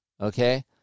okay